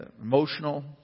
emotional